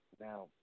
Now